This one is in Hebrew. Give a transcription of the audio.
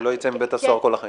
שלא ייצא מבית הסוהר כל החיים שלו.